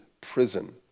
prison